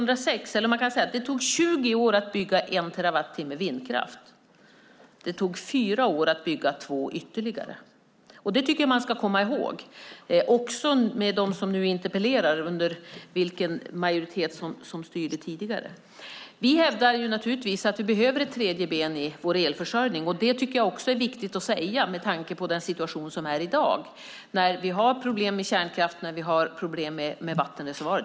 Det tog 20 år att bygga 1 terawattimme vindkraft. Det tog fyra år att bygga två ytterligare. Jag tycker att man ska komma ihåg, också de som nu interpellerar, vilken majoritet som styrde tidigare. Vi hävdar naturligtvis att vi behöver ett tredje ben i vår elförsörjning, och det tycker jag också är viktigt att säga med tanke på den situation som är i dag när vi har problem med kärnkraft och vattenreservoarer.